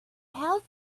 health